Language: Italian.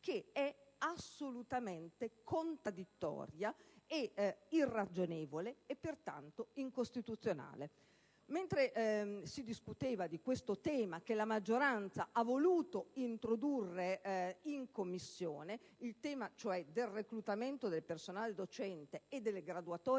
che è assolutamente contraddittoria ed irragionevole e pertanto incostituzionale. Mentre si discuteva del tema, che la maggioranza ha voluto introdurre in Commissione, del reclutamento del personale docente e delle graduatorie